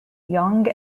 yonge